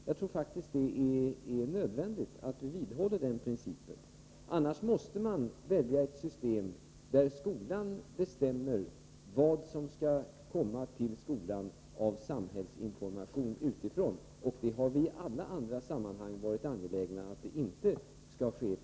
Jag tror faktiskt att det är nödvändigt att vi vidhåller den principen, för annars måste man välja ett system där skolan bestämmer vilken samhällsinformation som skall komma till skolan utifrån. Vi har i alla andra sammanhang varit angelägna om att detta inte skall ske.